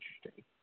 interesting